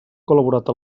col·laborat